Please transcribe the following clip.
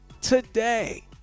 today